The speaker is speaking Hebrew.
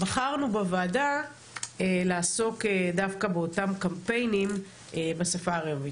בחרנו בוועדה לעסוק דווקא באותם קמפיינים בשפה הערבית.